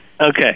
Okay